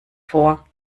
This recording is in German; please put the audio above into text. vor